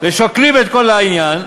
ושוקלים את כל העניין,